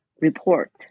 report